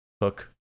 Hook